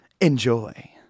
Enjoy